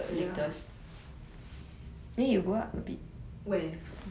mm orh ya